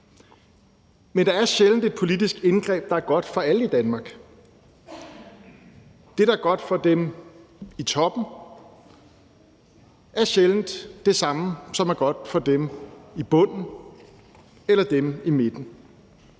Men der er sjældent et politisk indgreb, der er godt for alle i Danmark. Det, der er godt for dem i toppen, er sjældent det samme som det, der er godt for dem i bunden eller dem i midten.